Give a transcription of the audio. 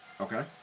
Okay